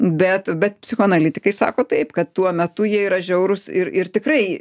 bet bet psichoanalitikai sako taip kad tuo metu jie yra žiaurūs ir ir tikrai